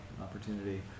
opportunity